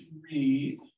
read